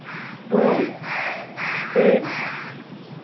दू तीन